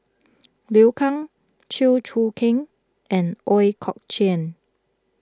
Liu Kang Chew Choo Keng and Ooi Kok Chuen